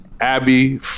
Abby